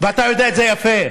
ואתה יודע את זה יפה.